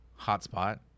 Hotspot